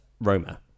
roma